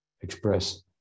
express